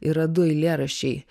yra du eilėraščiai